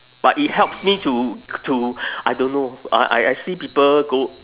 but it helps me to to I don't know uh I see people go